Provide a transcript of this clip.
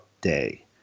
day